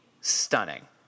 stunning